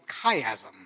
chiasm